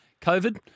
COVID